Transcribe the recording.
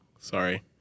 Sorry